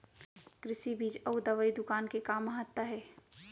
कृषि बीज अउ दवई दुकान के का महत्ता हे?